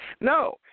No